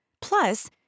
Plus